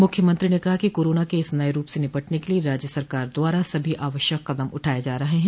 मुख्यमंत्री ने कहा कि कोरोना के इस नये रूप से निपटने के लिये राज्य सरकार द्वारा सभी आवश्यक कदम उठाये जा रहे हैं